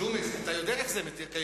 ג'ומס, אתה יודע איך זה מתקיים.